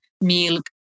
milk